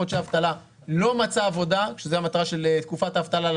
לא מצאה עבודה שזו המטרה של תקופת האבטלה,